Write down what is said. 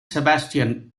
sebastian